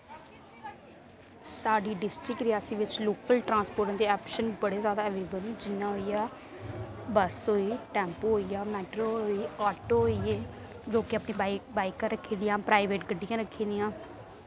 साढ़ी डिस्ट्रिक रियासी बिच local transport दे आप्शन बड़े ज्यादा अवेलेबल न जि'यां होइया बस होई टैम्पू होइया मैटाडोर होई आटो होइये लोकें अपनी बाइक बाइकां रक्खी दियां प्राइवेट गड्डियां रक्खी दियां